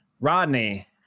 Rodney